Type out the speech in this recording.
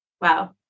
Wow